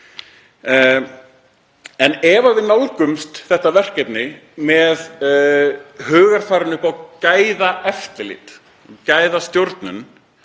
Ef við nálgumst þetta verkefni með hugarfarinu gæðaeftirlit og gæðastjórnun